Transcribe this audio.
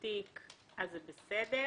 תיק אז זה בסדר,